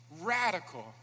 radical